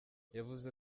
yavuze